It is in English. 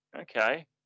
Okay